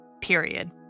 Period